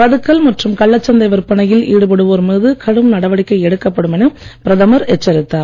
பதுக்கல் மற்றும் கள்ளச்சந்தை விற்பனையில் ஈடுபடுவோர் கடும் நடவடிக்கை எடுக்கப்படும் என பிரதமர் எச்சரித்தார்